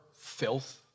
filth